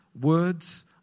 words